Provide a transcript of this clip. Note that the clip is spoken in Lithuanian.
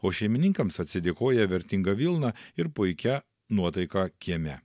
o šeimininkams atsidėkoja vertinga vilna ir puikia nuotaika kieme